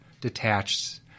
detached